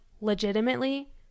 legitimately